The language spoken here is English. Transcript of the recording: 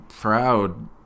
proud